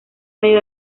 medio